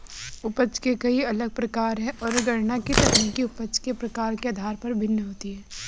उपज के कई अलग प्रकार है, और गणना की तकनीक उपज के प्रकार के आधार पर भिन्न होती है